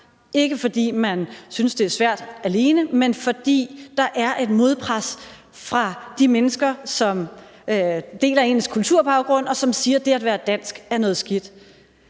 ikke fordi man synes, det alene er svært, men fordi der er et modpres fra de mennesker, som deler ens kulturbaggrund, og som siger, at det at være dansk er noget skidt.